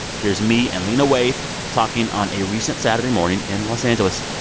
here's me and lena waithe talking on a recent saturday morning in los angeles